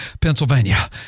Pennsylvania